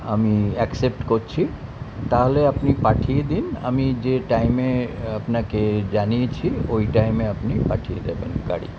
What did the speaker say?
আমি অ্যাকসেপ্ট করছি তাহলে আপনি পাঠিয়ে দিন আমি যে টাইমে আপনাকে জানিয়েছি ওই টাইমে আপনি পাঠিয়ে দেবেন গাড়ি